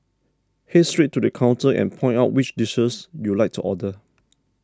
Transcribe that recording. head straight to the counter and point out which dishes you'd like to order